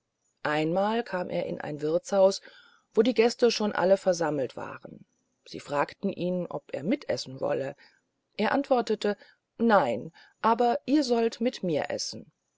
einmal kam er in ein wirthshaus wo die gäste schon alle versammelt waren sie fragten ihn ob er mitessen wollte er antwortete nein aber ihr sollt mit mir essen